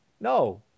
no